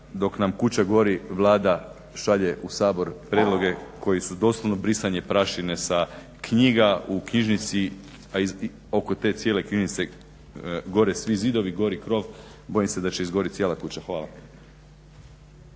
dok nam kuća gori Vlada šalje u Sabor prijedloge koji su doslovno brisanje prašine sa knjiga u knjižnici, a oko te cijele knjižnice gore svi zidovi, gori krov. Bojim se da će izgorjeti cijela kuća. Hvala.